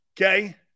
Okay